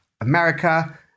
America